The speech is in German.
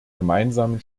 gemeinsamen